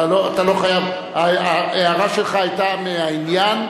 אתה לא חייב, ההערה שלך היתה מהעניין,